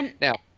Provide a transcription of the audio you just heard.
Now-